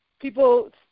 People